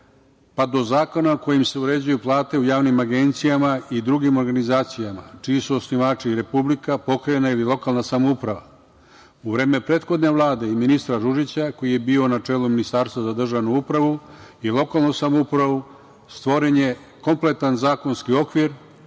pa do zakona kojim se uređuju plate u javnim agencijama i drugim organizacijama, čiji su osnivači Republika, pokrajina ili lokalna samouprava u vreme prethodne Vlade i ministra Ružića, koji je bio na čelu Ministarstva za državnu upravu i lokalnu samoupravu stvoren je kompletan zakonski okvir